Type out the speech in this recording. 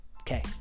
Okay